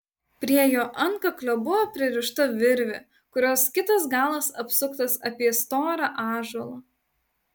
prie jo antkaklio buvo pririšta virvė kurios kitas galas apsuktas apie storą ąžuolą